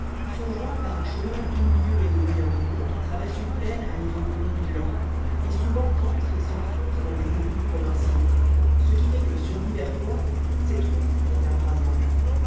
sont joints par un chemin d'une lieue et demie environ qui traverse une plaine à niveau ondulant et souvent entre et s'enfonce dans des collines comme un sillon ce qui fait que sur divers points cette route est un ravin